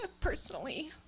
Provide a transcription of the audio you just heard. personally